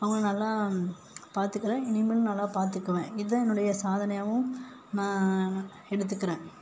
அவங்கள நல்லா பார்த்துக்குறேன் இனிமேலும் நல்லா பார்த்துக்குவேன் இதுதான் என்னுடைய சாதனையாகவும் நான் எடுத்துக்கிறேன்